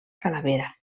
calavera